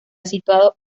situado